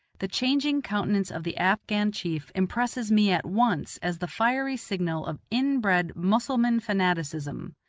the changing countenance of the afghan chief impresses me at once as the fiery signal of inbred mussulman fanaticism,